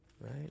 Right